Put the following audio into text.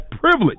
privilege